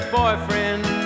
boyfriend